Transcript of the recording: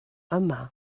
yma